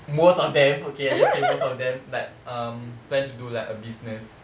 most of them okay I just say most of them like um plan to do like a business